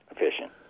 efficient